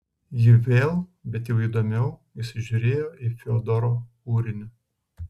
ji vėl bet jau įdėmiau įsižiūrėjo į fiodoro kūrinį